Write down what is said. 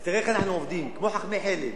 אז תראה איך אנחנו עובדים, כמו חכמי חלם.